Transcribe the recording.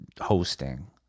hosting